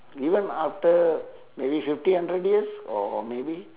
even after maybe fifty hundred years or or maybe